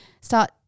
start